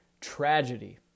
tragedy